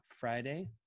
Friday